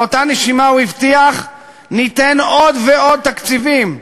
באותה נשימה הוא הבטיח: ניתן עוד ועוד תקציבים.